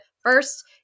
first